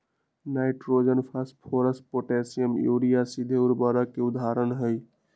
nitrogen, phosphorus, potassium, urea सीधे उर्वरक के उदाहरण हई